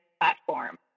platform